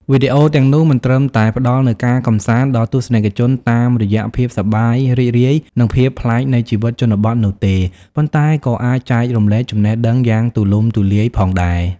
វីដេអូទាំងនោះមិនត្រឹមតែ ផ្តល់នូវការកម្សាន្ត ដល់ទស្សនិកជនតាមរយៈភាពសប្បាយរីករាយ និងភាពប្លែកនៃជីវិតជនបទនោះទេ ប៉ុន្តែក៏អាចចែករំលែកចំណេះដឹងយ៉ាងទូលំទូលាយផងដែរ។